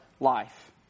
Life